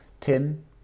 Tim